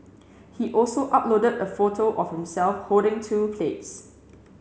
he also uploaded a photo of himself holding two plates